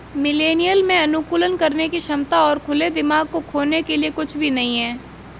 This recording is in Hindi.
मिलेनियल में अनुकूलन करने की क्षमता और खुले दिमाग को खोने के लिए कुछ भी नहीं है